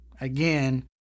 again